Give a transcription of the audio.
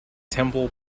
temple